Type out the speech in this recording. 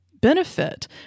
benefit